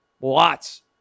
Lots